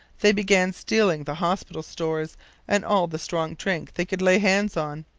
they began stealing the hospital stores and all the strong drink they could lay hands on.